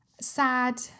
sad